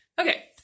Okay